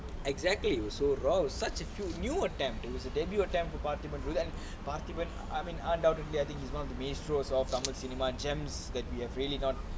exactly it was so raw such a few new attempt and was a debut attempt for paarthiban and paarthiban I mean undoubtedly I think he's one of the minstrel of tamil cinema gems that we have really not